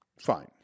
fine